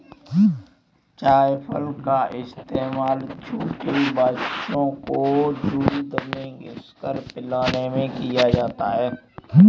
जायफल का इस्तेमाल छोटे बच्चों को दूध में घिस कर पिलाने में किया जाता है